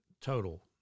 total